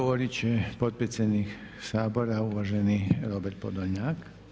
Odgovorit će potpredsjednik Sabora uvaženi Robert Podolnjak.